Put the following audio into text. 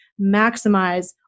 maximize